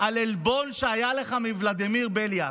על עלבון שהיה לך מוולדימיר בליאק,